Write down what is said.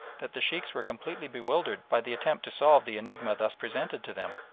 that the sheikhs were completely bewildered by the attempt to solve the enigma thus presented to them.